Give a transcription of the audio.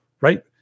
right